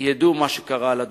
ידעו מה שקרה על אדמתם.